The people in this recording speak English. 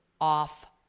off